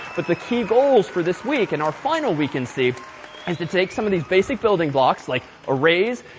but the key goals for this week and our final week in c is to take some of these basic building blocks, like arrays,